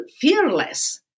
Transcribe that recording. fearless